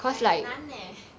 like 很难 eh